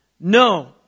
No